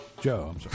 Joe